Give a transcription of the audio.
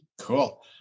Cool